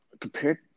Compared